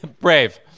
Brave